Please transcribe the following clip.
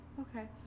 Okay